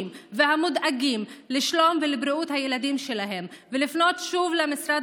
והמודאגים לשלום ולבריאות הילדים שלהם ולפנות שוב למשרד